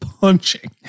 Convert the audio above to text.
punching